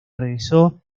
regresó